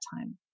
time